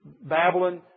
Babylon